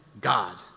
God